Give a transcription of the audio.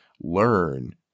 Learn